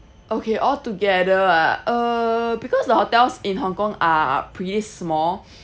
okay all together ah err because the hotels in hong kong are pretty small